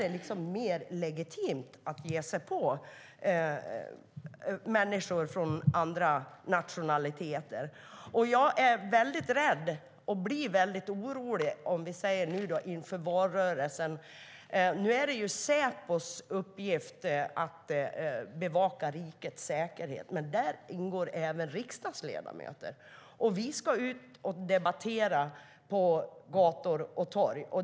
Det är mer legitimt att ge sig på människor av andra nationaliteter. Jag är rädd och blir väldigt orolig inför valrörelsen. Nu är det Säpos uppgift att bevaka rikets säkerhet. Men där ingår även riksdagsledamöter. Vi ska ut och debattera på gator och torg.